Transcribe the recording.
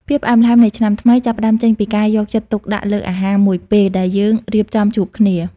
ភាពផ្អែមល្ហែមនៃឆ្នាំថ្មី ចាប់ផ្ដើមចេញពីការយកចិត្តទុកដាក់លើអាហារមួយពេលដែលយើងរៀបចំជួបគ្នា។